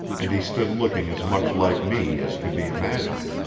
and he stood looking as much like me as could be imagined.